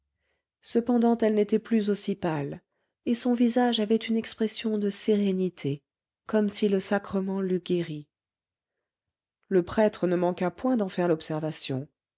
cependant elle n'était plus aussi pâle et son visage avait une expression de sérénité comme si le sacrement l'eût guérie le prêtre ne manqua point d'en faire l'observation